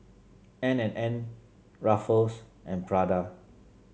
N and N Ruffles and Prada